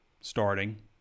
starting